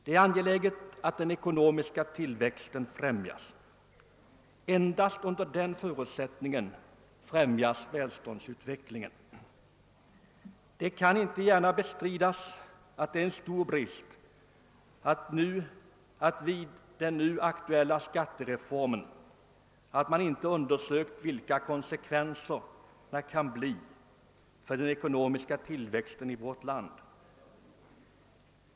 Det är angeläget att den ekonomiska tillväxten främjas — endast under den förutsättningen främjas välståndsutvecklingen. Det kan inte gärna bestridas att det är en stor brist i den nu aktuella skattereformen att man inte undersökt vilka konsekvenser det kan bli för den ekonomiska tillväxten i vårt land.